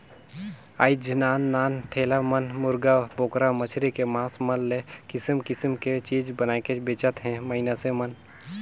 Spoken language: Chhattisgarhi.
आयज नान नान ठेला मन मुरगा, बोकरा, मछरी के मास मन ले किसम किसम के चीज बनायके बेंचत हे मइनसे मन